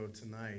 tonight